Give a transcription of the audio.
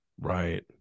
Right